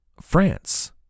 France